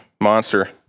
monster